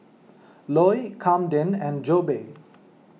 Loy Kamden and Jobe